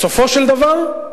בסופו של דבר,